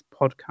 podcast